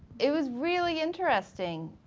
it was really interesting.